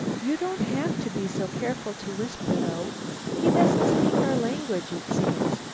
you don't have to be so careful to whisper though he doesn't speak our language, it seems,